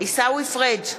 עיסאווי פריג'